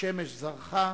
השמש זרחה,